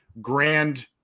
grand